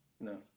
no